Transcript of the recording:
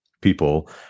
people